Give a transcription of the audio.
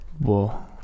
Whoa